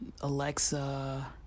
Alexa